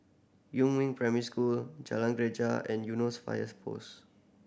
Yumin Primary School Jalan Greja and Eunos Fires Post